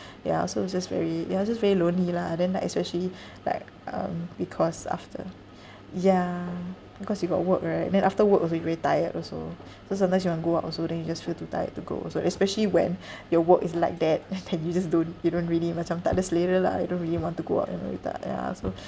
ya so it's just very ya I was just very lonely lah uh then like especially like um because after yeah because you got work right then after work also you very tired also so sometimes you want to go out also then you just feel too tired to go orh so especially when your work is like that then you just don't you don't really macam takda selera lah you don't really want to go out and eat out ya so